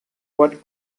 what